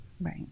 Right